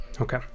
Okay